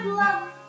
love